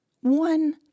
One